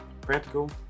practical